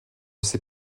sais